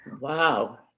Wow